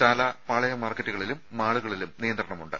ചാല പാളയം മാർക്കറ്റുകളിലും മാളുകളിലും നിയന്ത്രണമുണ്ട്